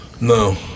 No